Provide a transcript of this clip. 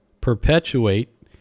perpetuate